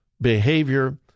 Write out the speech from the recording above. behavior